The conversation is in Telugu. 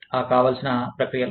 ఆ కావాల్సిన ప్రక్రియలు